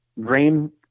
grain